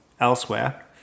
elsewhere